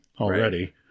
already